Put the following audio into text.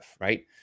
right